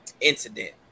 incident